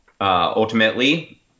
Ultimately